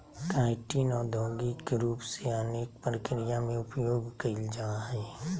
chitin औद्योगिक रूप से अनेक प्रक्रिया में उपयोग कइल जाय हइ